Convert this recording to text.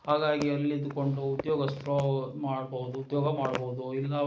ಹಾಗಾಗಿ ಅಲ್ಲಿದ್ದುಕೊಂಡು ಉದ್ಯೋಗ ಮಾಡ್ಬಹುದು ಉದ್ಯೋಗ ಮಾಡ್ಬೋದು ಇಲ್ಲ